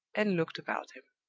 and looked about him.